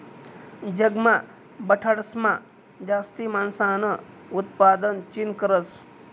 जगमा बठासमा जास्ती मासासनं उतपादन चीन करस